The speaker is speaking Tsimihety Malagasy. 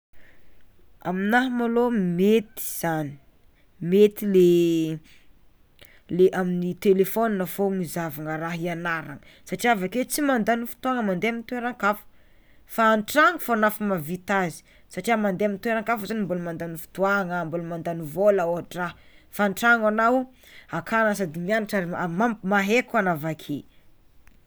Aminaha malôha mety zany mety le le amin'ny telefôna fô no hizahavana raha hianarana satria avakeo tsy mandany fotoana mande amy toerakafa fa an-tragno fô efa mavita azy, satria mande amy toerakafa zany mbola mandany fotoagna mbola mandany vôla ôhatra fa an-tragno anao aka sady mianatra mahay koa anao avakeo.